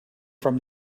from